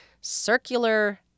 circular